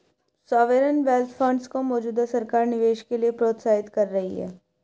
sovereign wealth funds को मौजूदा सरकार निवेश के लिए प्रोत्साहित कर रही है